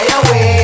away